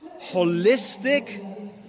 holistic